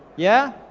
yeah,